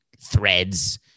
threads